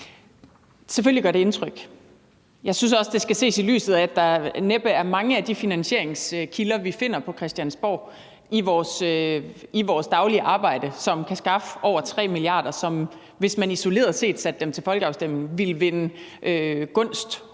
Selvfølgelig gør det indtryk. Jeg synes også, at det skal ses i lyset af, at der næppe er mange af de finansieringskilder, vi finder på Christiansborg i vores daglige arbejde, som kan skaffe over 3 mia. kr., der ville vinde danskernes gunst, hvis man isoleret set satte dem til folkeafstemning. Selvfølgelig